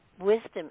wisdom